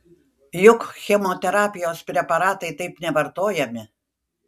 juk chemoterapijos preparatai taip nevartojami